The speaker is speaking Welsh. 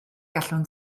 gallwn